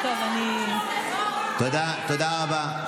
תודה רבה.